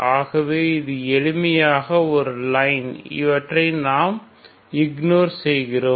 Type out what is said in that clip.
ஆகவே இது எளிமையான ஒரு லைன் இவற்றை நாம் இக்னோர் செய்கிறோம்